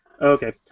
Okay